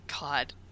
God